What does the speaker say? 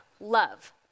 love